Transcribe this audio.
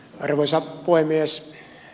arvoisa puhemies